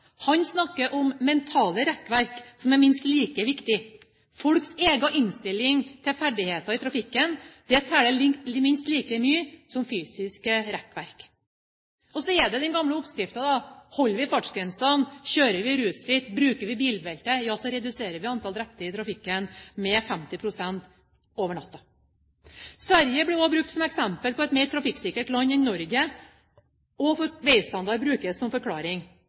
Han snakker om mentale rekkverk, som er minst like viktig. Folks egen innstilling til ferdigheter i trafikken teller minst like mye som fysiske rekkverk. Så er det den gamle oppskriften: Holder vi fartsgrensene, kjører vi rusfritt, bruker vi bilbeltet, ja, så reduserer vi antallet drepte i trafikken med 50 pst. over natten. Sverige ble brukt som eksempel på et mer trafikksikkert land enn Norge, og vår veistandard brukes som forklaring.